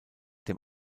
dem